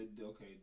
okay